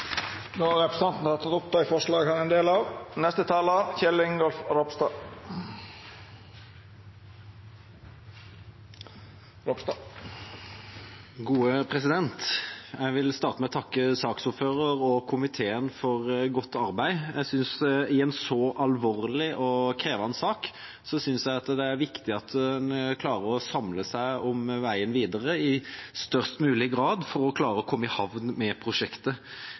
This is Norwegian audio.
Representanten Bjørnar Moxnes har teke opp det forslaget han refererte til. Jeg vil starte med å takke saksordføreren og komiteen for godt arbeid. Jeg synes at i en så alvorlig og krevende sak, er det viktig at en klarer å samle seg om veien videre i størst mulig grad for å klare å komme i havn med prosjektet.